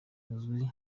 uzwi